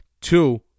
Two